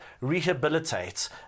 rehabilitate